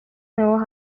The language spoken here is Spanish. nuevos